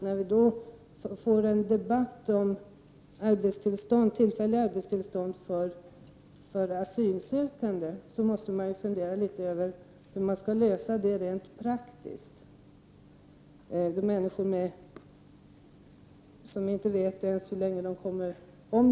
När det blir en debatt om att tillfälliga arbetstillstånd skall ges till asylsökande måste man fundera litet över hur det skall lösas rent praktiskt, eftersom det handlar om människor som inte vet om de får stanna i Sverige.